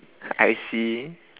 I see